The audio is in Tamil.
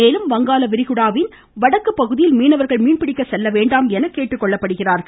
மேலும் வங்காள விரிகுடாவின் வடக்கு பகுதியில் மீனவர்கள் மீன்பிடிக்க செல்ல வேண்டாம் என கேட்டுக்கொள்ளப்பட்டுள்ளனர்